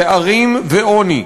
פערים ועוני,